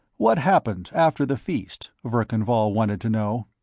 what happened, after the feast? verkan vall wanted to know.